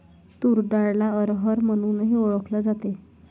तूर डाळला अरहर म्हणूनही ओळखल जाते